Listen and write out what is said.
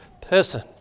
person